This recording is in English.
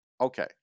Okay